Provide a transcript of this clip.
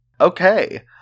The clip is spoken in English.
Okay